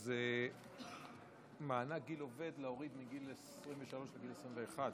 זה מענק גיל עובד, להוריד מגיל 23 לגיל 21,